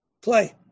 play